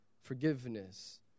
forgiveness